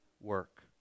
work